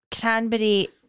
cranberry